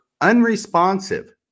unresponsive